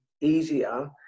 easier